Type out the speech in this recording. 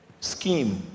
scheme